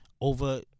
Over